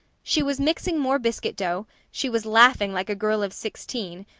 she was mixing more biscuit dough, she was laughing like a girl of sixteen,